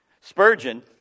Spurgeon